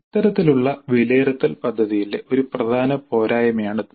ഇത്തരത്തിലുള്ള വിലയിരുത്തൽ പദ്ധതിയിലെ ഒരു പ്രധാന പോരായ്മയാണിത്